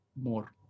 more